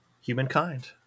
Humankind